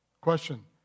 Question